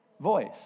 voice